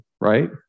right